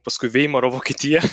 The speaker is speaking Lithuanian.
paskui veimaro vokietija